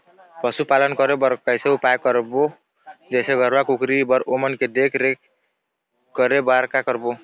पशुपालन करें बर कैसे उपाय करबो, जैसे गरवा, कुकरी बर ओमन के देख देख रेख करें बर का करबो?